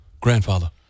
grandfather